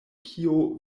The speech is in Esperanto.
kio